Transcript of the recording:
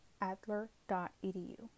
adler.edu